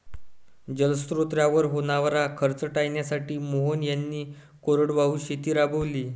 जलस्रोतांवर होणारा खर्च टाळण्यासाठी मोहन यांनी कोरडवाहू शेती राबवली